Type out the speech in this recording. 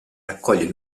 raccoglie